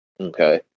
Okay